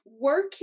Work